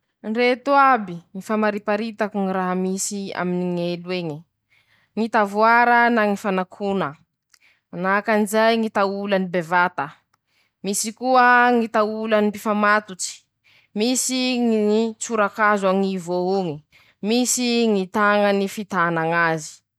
Ndreto aby ñy famariparitako ñy raha misy aminy ñy elo eñe :-ñy tavoara na ñy fanakona, manahaky anizay ñy taolany bevata, misy koa ñy taolany mifamatotsy, misy ñññ ñy tsora-kazo añivo eo oñy, misy ñy tañany fitana ñazy.